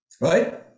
right